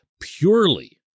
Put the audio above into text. purely